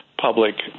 public